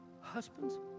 Husbands